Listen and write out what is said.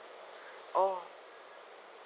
oh